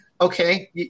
okay